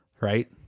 right